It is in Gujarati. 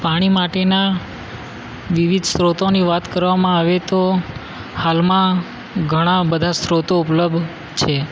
પાણી માટેના વિવિધ સ્ત્રોતોની વાત કરવામાં આવે તો હાલમાં ઘણા બધા સ્ત્રોતો ઉપલબ્ધ છે